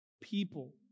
people